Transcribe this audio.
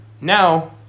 now